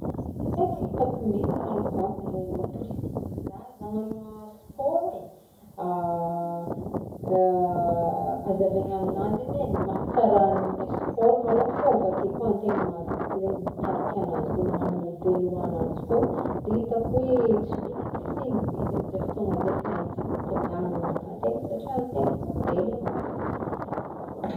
Ny tegna hitako mety malôha a mbô ampirisihigny zaza agnagno a sport e, azavegny aminanjy edy e ny mahatsara anle sport malôha fô avake kô antegna maventy zegny mitarika ananjy kô magnagno modely hoan'anjy kô de hitako hoe tsy mila ampirisihigny be izy amze fotoagna zay fa na izy edy mety liàgna agnaraka antegna satria antegna modely agnatiny.